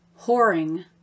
whoring